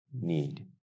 need